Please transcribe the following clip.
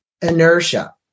inertia